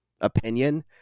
opinion